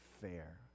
fair